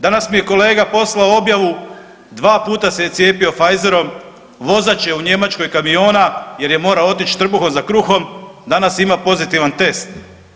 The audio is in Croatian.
Danas mi je kolega poslao objavu 2 puta se cijepio Pfeizerom, vozač je u Njemačkoj kamiona jer je morao otići trbuhom za kruhom, danas ima pozitivan test.